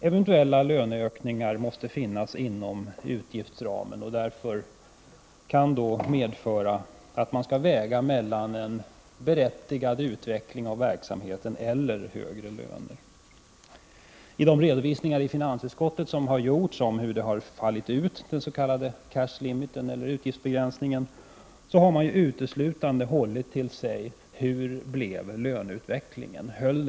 Eventuella löneökningar måste ju rymmas inom utgiftsramen, vilket kan medföra att man måste göra en avvägning mellan en berättigad utveckling av verksamheten och högre löner. I de redovisningar som har gjorts i finansutskottet av hur denna s.k. cash limit eller utgiftsbegränsning har slagit ut har man uteslutande hållit sig till frågan om hur löneutvecklingen blev.